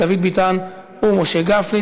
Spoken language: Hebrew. דוד ביטן ומשה גפני.